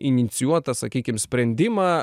inicijuotą sakykim sprendimą